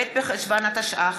ב' בחשוון התשע"ח,